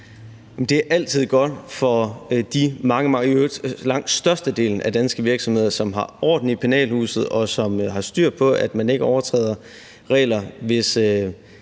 mange, mange – i øvrigt langt størstedelen af danske virksomheder, som har orden i penalhuset, og som har styr på, at man ikke overtræder regler – hvis